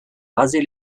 raser